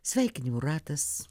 sveikinimų ratas